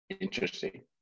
Interesting